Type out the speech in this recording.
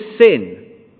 sin